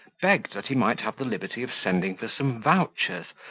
begged that he might have the liberty of sending for some vouchers,